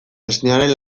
esnearen